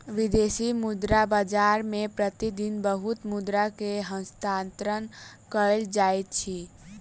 विदेशी मुद्रा बाजार मे प्रति दिन बहुत मुद्रा के हस्तांतरण कयल जाइत अछि